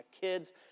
kids